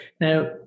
Now